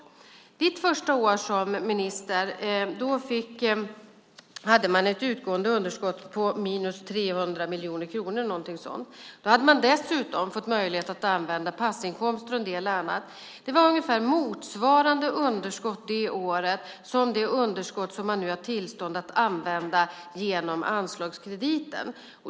Under ditt första år som minister hade man ett utgående underskott på minus 300 miljoner kronor eller något sådant. Då hade man dessutom fått möjlighet att använda passinkomster och en del annat. Det var ungefär motsvarande underskott det året som det underskott som man nu har tillstånd att använda genom anslagskrediten.